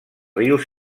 rius